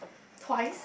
twice